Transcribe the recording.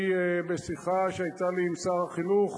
בשיחה שהיתה לי עם שר החינוך